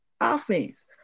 offense